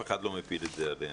אף אחד לא מפיל את זה עליהם,